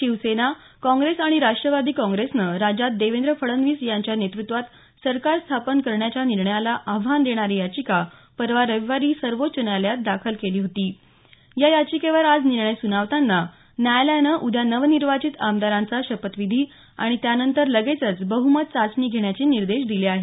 Shiv Sena Congress आणि राष्ट्रवादी काँग्रेसने राज्यात देवेंद्र फडणवीस यांच्या नेतृत्वात सरकार स्थापन करण्याच्या निर्णयाला आव्हान देणारी याचिका परवा रविवारी सर्वोच्च न्यायालयात दाखल केली होती या याचिकेवर आज निर्णय सुनावताना न्यायालयानं उद्या नवनिर्वाचित आमदारांचा शपथविधी आणि त्यानंतर लगेचच बह्मत चाचणी घेण्याचे निर्देश दिले आहेत